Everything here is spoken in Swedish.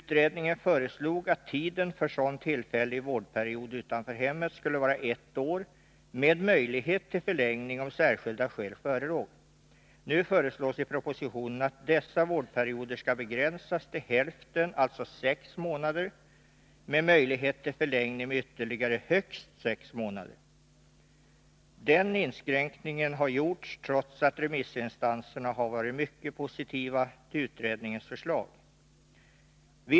Utredningen föreslog att tiden för sådan tillfällig vårdperiod utanför hemmet skulle vara ett år, med möjlighet till förlängning om särskilda skäl förelåg. Nu föreslås i propositionen att dessa vårdperioder skall begränsas till hälften, alltså sex månader, med möjlighet till förlängning med ytterligare högst sex månader. Denna inskränkning har gjorts trots att remissinstanserna har varit mycket positiva till utredningens förslag.